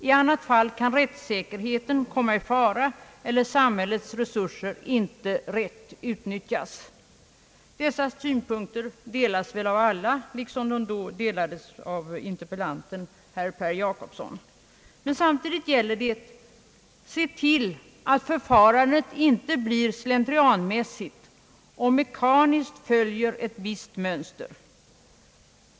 I annat fall kan rättssäkerheten komma i fara eller samhällets resurser inte rätt utnyttjas. Dessa synpunkter delas väl av alla liksom de då delades av interpellanten, herr Jacobsson. Samtidigt gäller att se till att förfarandet inte blir slentrianmässigt och mekaniskt följer ett visst mönster.